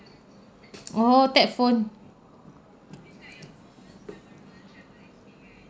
oh tab phone